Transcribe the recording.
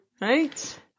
right